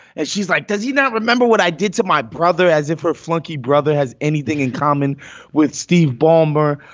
and she's like, does he not remember what i did to my brother as if her flunky brother has anything in common with steve ballmer?